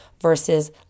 versus